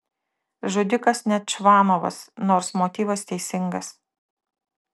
žudikas ne čvanovas nors motyvas teisingas